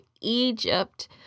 Egypt